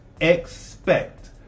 expect